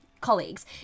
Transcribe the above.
colleagues